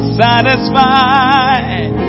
satisfied